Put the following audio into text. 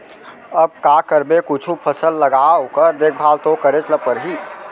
अब का करबे कुछु फसल लगा ओकर देखभाल तो करेच ल परही